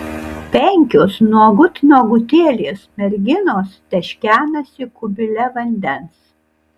penkios nuogut nuogutėlės merginos teškenasi kubile vandens